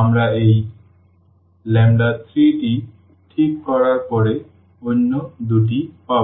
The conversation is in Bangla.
আমরা এই 3টি ঠিক করার পরে অন্য 2টি পাব